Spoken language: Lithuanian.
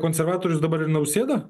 konservatorius dabar ir nausėda